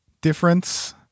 difference